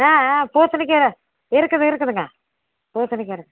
ஆ ஆ பூசணிக்காய் இருக்குது இருக்குதுங்க பூசணிக்காய் எடு